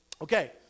Okay